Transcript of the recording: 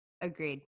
Agreed